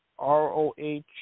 ROH